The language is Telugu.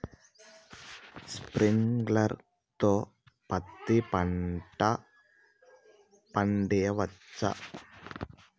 స్ప్రింక్లర్ తో పత్తి పంట పండించవచ్చా?